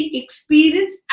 experience